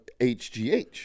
HGH